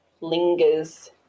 lingers